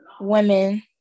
women